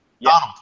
Donald